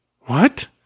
What